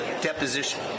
deposition